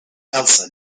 elsa